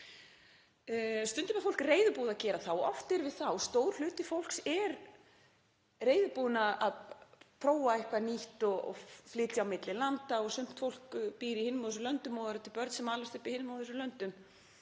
Stundum er fólk reiðubúið að gera það og oft yrði þá stór hluti fólks reiðubúinn að prófa eitthvað nýtt og flytja á milli landa. Sumt fólk býr í hinum og þessum löndum og það eru til börn sem alast upp í hinum og þessum löndum